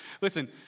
Listen